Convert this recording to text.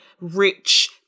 rich